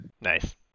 Nice